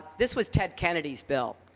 this was ted kennedy's bill.